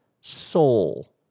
Soul